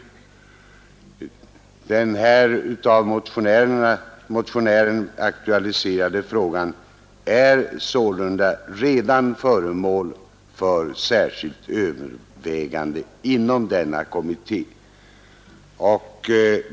Den av motionären aktualiserade frågan är sålunda redan föremål för särskilt övervägande inom denna kommitté.